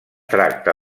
tracta